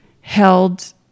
held